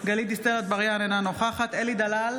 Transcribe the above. גלית דיסטל אטבריאן, אינה נוכחת אלי דלל,